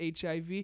HIV